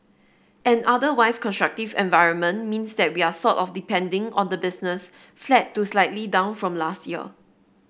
an otherwise constructive environment means that we're sort of depending on the business flat to slightly down from last year